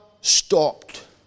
stopped